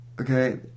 Okay